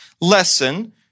lesson